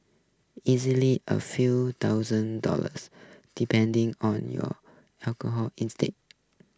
easily a few thousand dollars depending on your alcohol instead